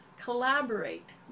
collaborate